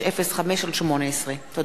כרמל שאמה, זבולון אורלב,